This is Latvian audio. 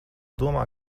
domā